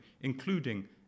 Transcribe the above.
including